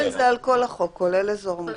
זה על כל החוק, כולל אזור מוגן.